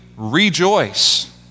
rejoice